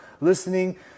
listening